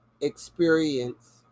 experience